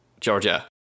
Georgia